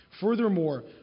Furthermore